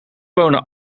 wonen